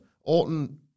Orton